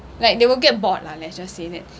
like they will get bored lah let's just say that